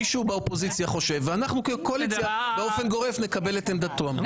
מישהו באופוזיציה חושב ואנחנו כקואליציה באופן גורף נקבל את עמדתו.